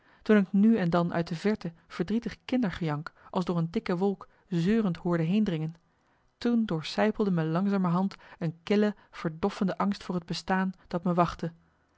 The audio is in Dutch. toen ik nu en dan uit de verte verdrietig kindergejank als door een dikke wolk zeurend hoorde heendringen toen doorsijpelde me langzamerhand een kille verdoffende angst voor het bestaan dat me wachtte